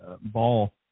ball